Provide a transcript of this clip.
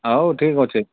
ହଉ ଠିକ ଅଛି